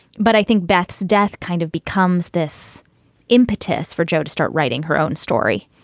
but i think beth's death kind of becomes this impetus for joe to start writing her own story,